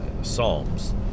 psalms